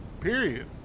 Period